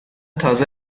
تازه